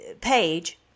page